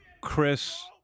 Chris